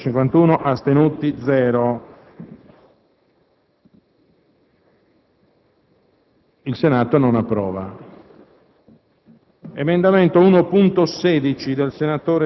Dichiaro aperta la votazione.